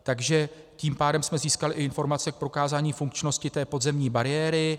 Takže tím pádem jsme získali i informace k prokázání funkčnosti té podzemní bariéry.